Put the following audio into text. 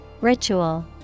Ritual